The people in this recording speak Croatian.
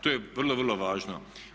To je vrlo, vrlo važno.